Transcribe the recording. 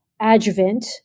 adjuvant